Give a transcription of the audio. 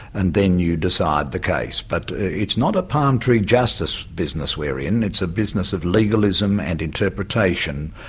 and then you decide the case. but it's not a palm-tree justice business we're in it's a business of legalism and interpretation.